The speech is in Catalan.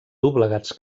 doblegats